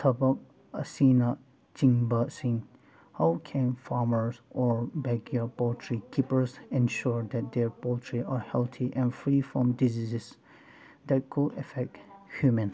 ꯊꯕꯛ ꯑꯁꯤꯅꯆꯤꯡꯕꯁꯤꯡ how can farmer or backyard poultry keepers ensure that their poultry are healthy and free from diseases that could affect human